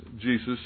Jesus